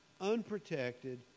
unprotected